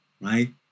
right